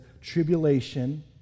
tribulation